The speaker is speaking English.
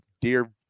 dear